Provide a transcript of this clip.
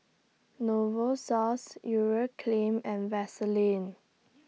Novosource Urea Cream and Vaselin